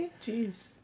jeez